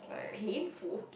painful